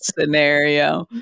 scenario